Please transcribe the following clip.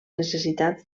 necessitats